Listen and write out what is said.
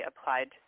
applied